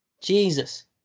Jesus